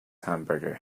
hamburger